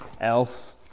else